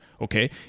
okay